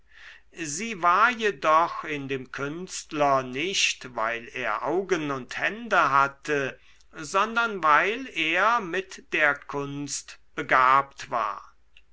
sie war jedoch in dem künstler nicht weil er augen und hände hatte sondern weil er mit der kunst begabt war